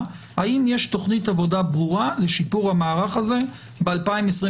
האם יש תוכנית עבודה ברורה לשיפור המערך הזה ב-2022,